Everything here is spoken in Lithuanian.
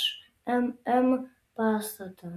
šmm pastatą